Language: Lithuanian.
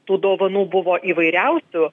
tų dovanų buvo įvairiausių